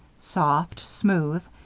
soft, smooth,